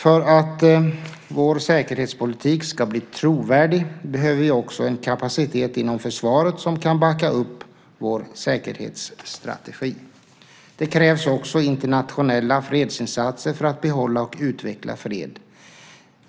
För att vår säkerhetspolitik ska bli trovärdig behöver vi en kapacitet inom försvaret som kan backa upp vår säkerhetsstrategi. Det krävs också internationella fredsinsatser för att behålla och utveckla fred.